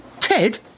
Ted